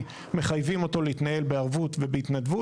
מחייבים אותו להתנהל בערבות ובהתנדבות.